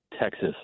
Texas